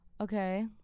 Okay